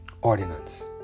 ordinance